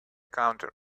counter